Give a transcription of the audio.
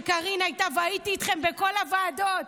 כשקארין הייתה, והייתי איתכם בכל הוועדות.